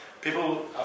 People